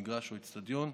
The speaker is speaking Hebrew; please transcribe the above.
מגרש או אצטדיון,